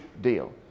deal